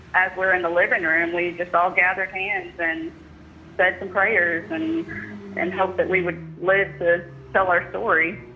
as we're in the living room, we just all gathered hands and said some prayers and and hoped that we would to tell our story.